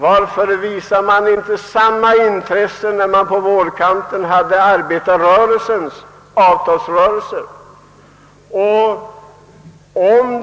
Varför visades inte samma intresse när arbetargrupperna förde sin avtalsrörelse i våras?